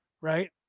right